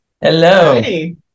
Hello